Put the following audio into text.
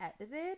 edited